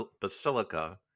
Basilica